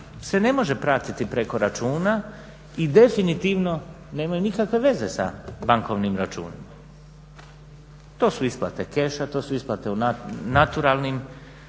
se ne može pratiti preko računa i definitivno nemaju nikakve veze sa bankovnim računima. To su isplate keša, to su isplate u naturalnim